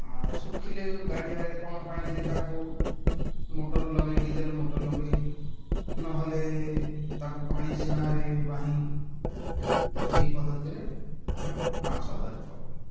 ଆଉ ଶୁଖିଲେ ଗାଡ଼ିଆରେ କମ୍ ପାଣି ଥିଲେ ତାକୁ ମୋଟର୍ ଲଗେଇ ଡ଼ିଜେଲ ମୋଟର୍ ଲଗେଇ ନହେଲେ ତାକୁ ପାଣି ସେଣାରେ ବାହି ଏଇ ପଦ୍ଧତିରେ ଆମେ ମାଛ ଧରିଥାଉ